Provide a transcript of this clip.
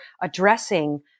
addressing